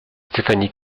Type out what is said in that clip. stéphanie